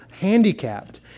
handicapped